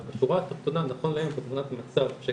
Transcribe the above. אבל בשורה התחתונה נכון להיום תמונת המצב אנחנו